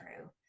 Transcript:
true